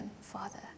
Father